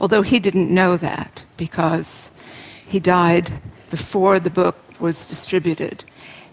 although he didn't know that, because he died before the book was distributed